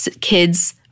kids